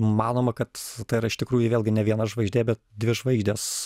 manoma kad tai yra iš tikrųjų vėlgi ne viena žvaigždė bet dvi žvaigždės